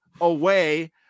away